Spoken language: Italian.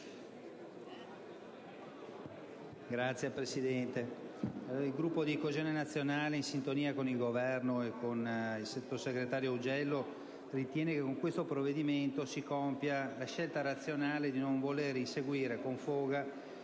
il Gruppo Coesione Nazionale-Io Sud, in sintonia con il Governo e con il sottosegretario Augello, ritiene che con questo provvedimento si compia la scelta razionale di non voler inseguire con foga